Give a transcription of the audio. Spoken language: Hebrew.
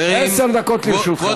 עשר דקות לרשותך.